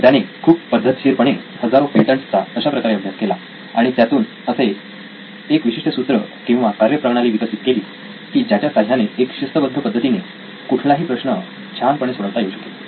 तर त्याने खूप पद्धतशीरपणे हजारो पेटंट्स चा अशाप्रकारे अभ्यास केला आणि त्यातून असे एक विशिष्ट सूत्र किंवा कार्य प्रणाली विकसित केली की ज्याच्या साह्याने एका शिस्तबद्ध पद्धतीने कुठलाही प्रश्न छान पणे सोडवता येऊ शकेल